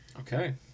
Okay